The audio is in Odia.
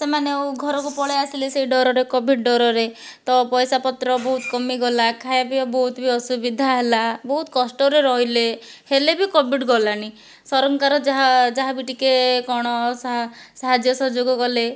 ସେମାନେ ଆଉ ଘରକୁ ପଳାଇ ଆସିଲେ ସେହି ଡରରେ କୋଭିଡ୍ ଡରରେ ତ ପଇସା ପତ୍ର ବହୁତ କମିଗଲା ଖାଇବା ପିଇବା ବହୁତ ବି ଅସୁବିଧା ହେଲା ବହୁତ କଷ୍ଟରେ ରହିଲେ ହେଲେ ବି କୋଭିଡ୍ ଗଲାନାହିଁ ସରକାର ଯାହା ଯାହାବି ଟିକିଏ କ'ଣ ସାହାଯ୍ୟ ସହଯୋଗ କଲେ